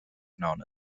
known